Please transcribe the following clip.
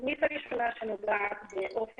התוכנית הראשונה מקדמת את ערך